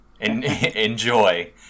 enjoy